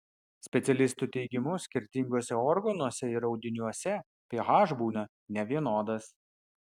specialistų teigimu skirtinguose organuose ir audiniuose ph būna nevienodas